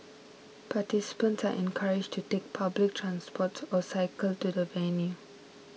participants are encouraged to take public transport or cycle to the venue